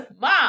Mom